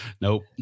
Nope